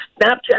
Snapchat